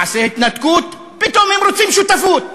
מעשה התנתקות, פתאום הם רוצים שותפות.